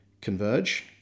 converge